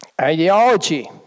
ideology